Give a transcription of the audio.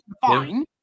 Fine